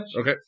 Okay